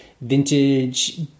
vintage